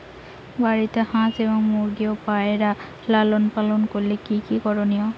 বাড়িতে হাঁস এবং মুরগি ও পায়রা লালন পালন করতে কী কী করণীয়?